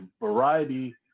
variety